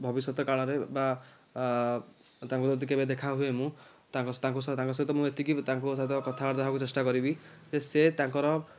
ଭବିଷ୍ୟତ କାଳରେ ବା ତାଙ୍କୁ ଯଦି କେବେ ଦେଖା ହୁଏ ମୁଁ ତାଙ୍କ ତାଙ୍କ ସହିତ ମୁଁ ଏତିକି ତାଙ୍କ ସହିତ କଥାବାର୍ତ୍ତା ହେବାକୁ ଚେଷ୍ଟା କରିବି ଯେ ସେ ତାଙ୍କର